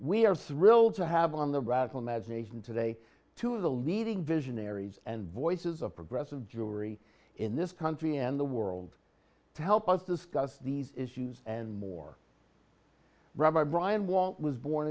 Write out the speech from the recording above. we are thrilled to have on the radical imagination today two of the leading visionaries and voices of progressive jury in this country and the world to help us discuss these issues and more ram our brian walt was born